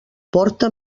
porta